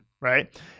right